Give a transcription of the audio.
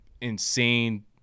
insane